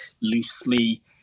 loosely